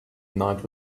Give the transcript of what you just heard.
night